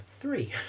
three